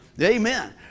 Amen